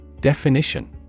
Definition